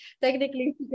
technically